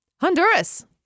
Honduras